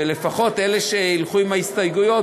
ולפחות אלה שילכו עם ההסתייגויות,